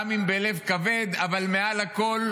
גם אם בלב כבד, אבל מעל הכול